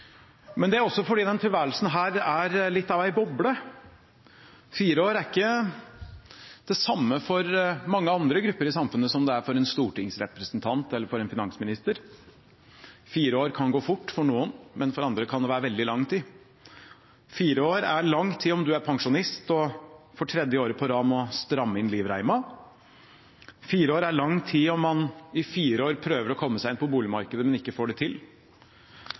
Men det er også fordi denne tilværelsen er litt av en boble. Fire år er ikke det samme for mange andre grupper i samfunnet som det er for en stortingsrepresentant eller for en finansminister. Fire år kan gå fort for noen, men for andre kan det være veldig lang tid. Fire år er lang tid om man er pensjonist og for tredje året på rad må stramme inn livreima. Fire år er lang tid om man i fire år prøver å komme seg inn på boligmarkedet, men ikke får det til.